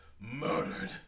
murdered